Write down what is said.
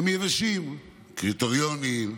הם יבשים, קריטריונים,